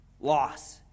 loss